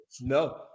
No